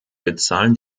bezahlen